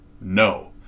No